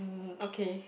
um okay